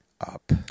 up